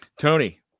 Tony